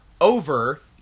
over